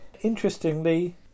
interestingly